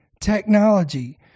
technology